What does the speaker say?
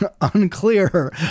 unclear